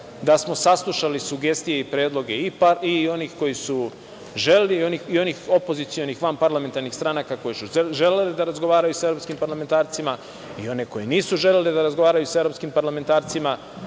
da smo saslušali sugestije i predloge i onih opozicionih vanparlamentarnih stranaka koji su želeli da razgovaraju sa evropskim parlamentarcima i onih koji nisu želeli da razgovaraju sa evropskim parlamentarcima. Moram